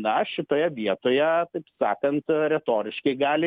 na šitoje vietoje taip sakant retoriškai gali